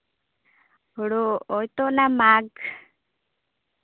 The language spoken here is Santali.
ᱦᱳᱲᱳ ᱦᱚᱭᱛᱳ ᱚᱱᱟ ᱢᱟᱜᱽ